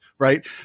Right